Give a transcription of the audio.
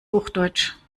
hochdeutsch